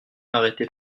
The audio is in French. arrêter